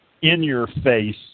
in-your-face